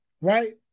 Right